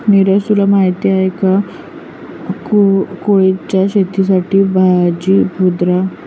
निरज तुला माहिती आहे का? कुळिथच्या शेतीसाठी जांभी मृदा खुप उपयोगी आहे